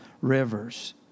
rivers